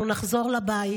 אנחנו נחזור לבית.